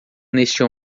neste